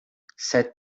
said